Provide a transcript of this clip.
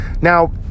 Now